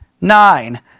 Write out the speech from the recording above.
nine